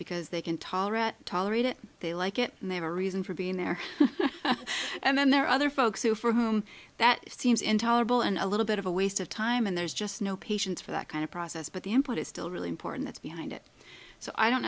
because they can tolerate tolerate it they like it and they were a reason for being there and then there are other folks who for whom that seems intolerable and a little bit of a waste of time and there's just no patience for that kind of process but the input is still really important that's behind it so i don't